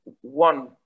one